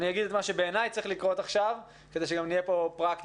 אגיד את מה שבעיניי צריך לקרות עכשיו כדי שגם נהיה פה פרקטיים.